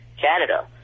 Canada